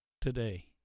Today